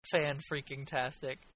Fan-freaking-tastic